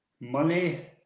money